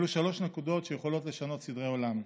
אלה שלוש נקודות שיכולות לשנות סדרי עולם.